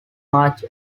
march